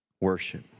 worship